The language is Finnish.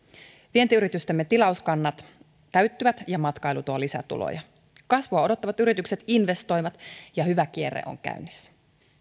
vientiyritystemme tilauskannat täyttyvät ja matkailu tuo lisätuloja kasvua odottavat yritykset investoivat ja hyvä kierre on käynnissä